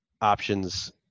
options